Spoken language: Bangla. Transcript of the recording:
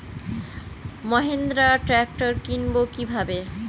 মাহিন্দ্রা ট্র্যাক্টর কিনবো কি ভাবে?